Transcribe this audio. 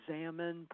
examine